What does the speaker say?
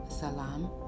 Salam